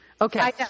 okay